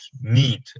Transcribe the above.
need